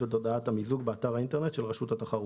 את הודעת המיזוג באתר האינטרנט של רשות התחרות."